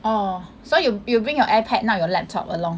orh so you you bring your ipad not your laptop along